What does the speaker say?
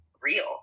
real